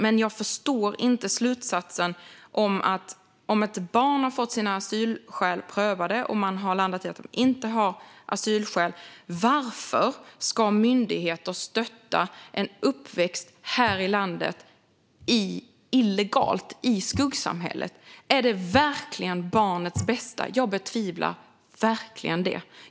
Men jag förstår inte slutsatsen när det gäller ett barn som har fått sina asylskäl prövade och där man har landat i att barnet inte har asylskäl. Varför ska myndigheterna då stötta en illegal uppväxt här i landet, i skuggsamhället? Är det verkligen för barnets bästa? Jag betvivlar verkligen det.